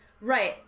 Right